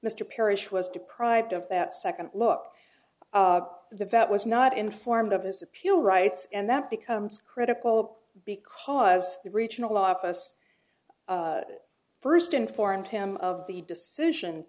mr parrish was deprived of that second look the vote was not informed of his appeal rights and that becomes critical because the regional office first informed him of the decision